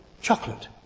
chocolate